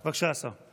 בבקשה, השר.